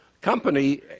company